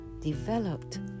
developed